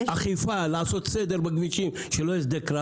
אכיפה, לעשות סדר בכבישים, שלא יהיה שדה קרב.